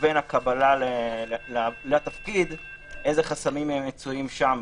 לבין הקבלה לתפקיד ולראות איזה חסמים מצויים שם,